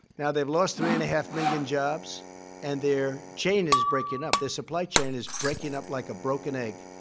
now, they've lost three and a half million jobs and their chain is breaking up their supply chain is breaking up like a broken egg.